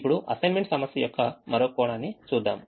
ఇప్పుడు అసైన్మెంట్ సమస్య యొక్క మరో కోణాన్ని చూద్దాం